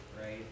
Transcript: right